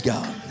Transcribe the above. God